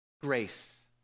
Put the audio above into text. Grace